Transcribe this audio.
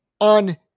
on